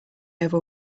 over